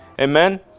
amen